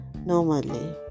Normally